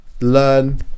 learn